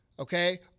Okay